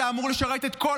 אתה אמור לשרת את כל